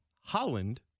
Holland